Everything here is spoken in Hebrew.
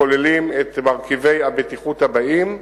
הכוללים את מרכיבי הבטיחות הבאים,